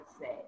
say